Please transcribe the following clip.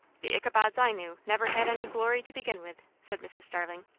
the ichabods i knew, never had any glory to begin with, said mrs. starling.